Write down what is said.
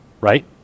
Right